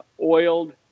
oiled